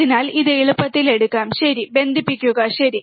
അതിനാൽ ഇത് എളുപ്പത്തിൽ എടുക്കാം ശരി ബന്ധിപ്പിക്കുക ശരി